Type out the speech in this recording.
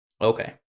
Okay